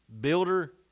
builder